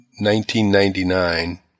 1999